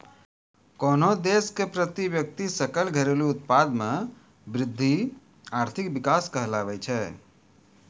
कोन्हो देश के प्रति व्यक्ति सकल घरेलू उत्पाद मे वृद्धि आर्थिक विकास कहलाबै छै